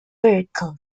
berkeley